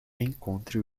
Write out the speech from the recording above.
encontre